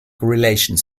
relations